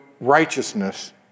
righteousness